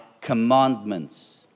commandments